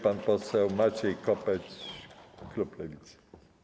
Pan poseł Maciej Kopiec, klub Lewicy.